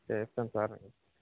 చేస్తాను సార్